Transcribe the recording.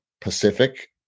Pacific